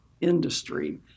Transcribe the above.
industry